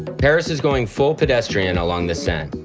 paris is going full-pedestrian and along the seine.